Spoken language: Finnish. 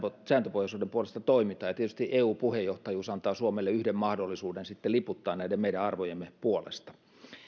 sääntöpohjaisuuden puolesta toimitaan ja tietysti eu puheenjohtajuus antaa suomelle yhden mahdollisuuden liputtaa näiden meidän arvojemme puolesta